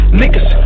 niggas